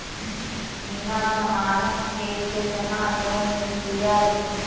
बिना जमानत के केतना लोन मिल जाइ?